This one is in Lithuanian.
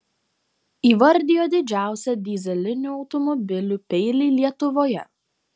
įvardijo didžiausią dyzelinių automobilių peilį lietuvoje